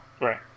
right